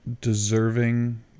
deserving